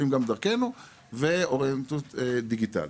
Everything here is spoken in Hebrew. עולים שעולים גם דרכינו ואוריינות דיגיטלית.